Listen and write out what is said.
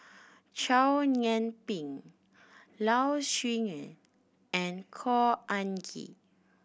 Chow Yian Ping Low Siew Nghee and Khor Ean Ghee